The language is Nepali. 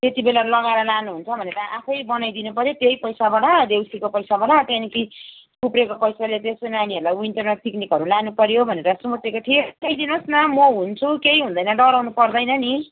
त्यति बेला लगाएर लानु हुन्छ भनेर आफै बनाइदिनु पर्यो त्यही पैसाबाट देउसीको पैसाबाट त्यहाँदेखि उब्रेको पैसाले चाहिँ यसो नानीहरूलाई विन्टरमा पिक्निकहरू लानु पर्यो भनेर सोचेको थिएँ पठाइ दिनुहोस् न म हुन्छु केही हुँदैन डराउनु पर्दैन नि